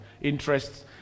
interests